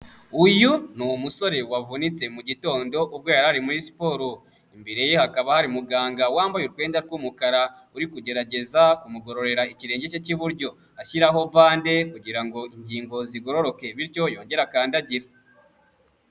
Uyu ni umusore wavunitse mu gitondo ubwo yari ari muri siporo. Imbere ye hakaba hari muganga wambaye utwenda bw'umukara, uri kugerageza kumugororera ikirenge cye cy'iburyo, ashyiraho bande kugira ngo ingingo zigororoke bityo yongere akandagire.